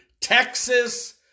Texas